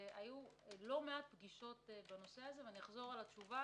היו לא מעט פגישות בנושא הזה, ואחזור על התשובה